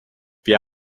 wir